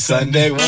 Sunday